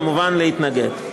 כמובן להתנגד.